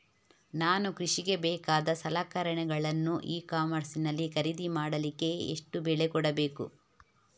ನಾನು ಕೃಷಿಗೆ ಬೇಕಾದ ಸಲಕರಣೆಗಳನ್ನು ಇ ಕಾಮರ್ಸ್ ನಲ್ಲಿ ಖರೀದಿ ಮಾಡಲಿಕ್ಕೆ ಎಷ್ಟು ಬೆಲೆ ಕೊಡಬೇಕು?